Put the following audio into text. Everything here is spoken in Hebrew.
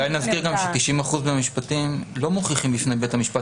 אולי נזכיר ש-90 אחוזים מהמשפטים לא מוכיחים בפני בית המשפט